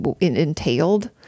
entailed